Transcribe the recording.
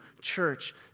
church